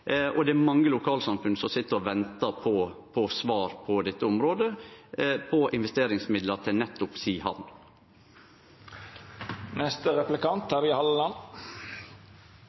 og det er mange lokalsamfunn som sit og ventar på svar på dette området, på investeringsmidlar til nettopp si